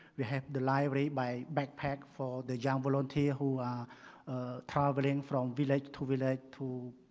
we have the library by backpack for the young volunteer who are traveling from village to village to,